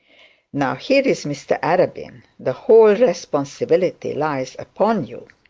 now here is mr arabin. the whole responsibility lies upon you